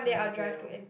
yeah I will